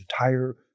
entire